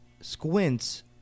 Squints